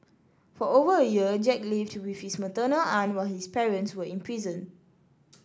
for over a year Jack lived with his maternal aunt while his parents were in prison